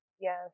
Yes